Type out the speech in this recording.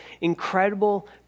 incredible